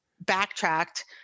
backtracked